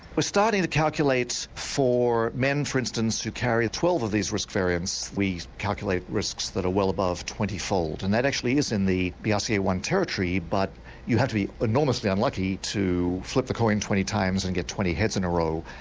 we're starting to calculate for men for instance who carry twelve of these risk variants. we calculate risks that are well above twentyfold. and that actually is in the b r c a one territory, but you have to be enormously unlucky to flip the coin twenty times and get twenty heads in a row,